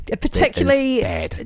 particularly